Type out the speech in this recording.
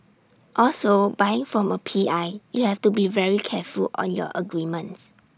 also buying from A P I you have to be very careful on your agreements